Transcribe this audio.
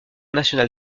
national